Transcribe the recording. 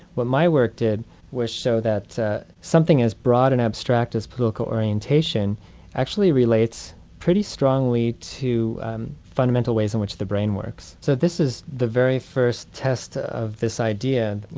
what my work did was show that something as broad and abstract as political orientation actually relates pretty strongly to fundamental ways in which the brain works. so this is the very first test of this idea, you